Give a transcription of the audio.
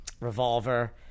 revolver